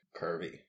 curvy